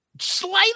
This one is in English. slightly